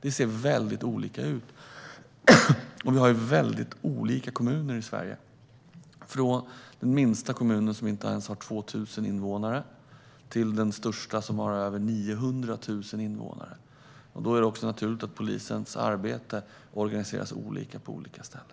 Det ser väldigt olika ut. Vi har väldigt olika kommuner i Sverige, från den minsta kommunen, som inte ens har 2 000 invånare, till den största, som har över 900 000 invånare. Då är det också naturligt att polisens arbete organiseras olika på olika ställen.